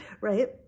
right